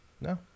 No